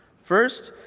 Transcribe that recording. first,